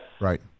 Right